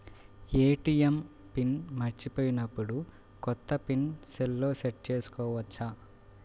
ATM pin మరచిపోయినప్పుడు, కొత్త pin సెల్లో సెట్ చేసుకోవచ్చా?